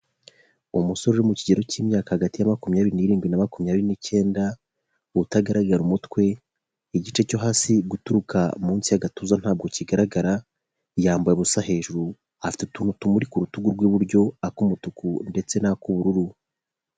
Umusore uri mu kigero cy'imyaka hagati ya makumyabiri n'irindwi na makumyabiri n'icyenda utagaragara umutwe, igice cyo hasi guturuka munsi y'agatuza ntabwo kigaragara, yambaye ubusa hejuru afite utubuntu tumuri ku rutugu rw'iburyo ak'umutuku ndetse n'ak'ubururu.